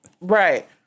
Right